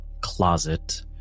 closet